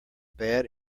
bad